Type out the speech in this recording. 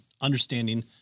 understanding